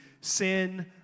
sin